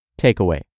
Takeaway